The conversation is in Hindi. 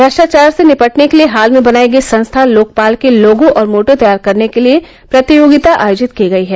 भ्रष्टाचार से निपटने के लिए हाल में बनाई गई संस्था लोकपाल के लोगो और मोटो तैयार करने के लिए प्रतियोगिता आयोजित की गई है